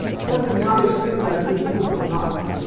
sending money to israel to give to the hamas.